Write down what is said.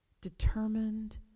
determined